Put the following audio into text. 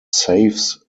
saves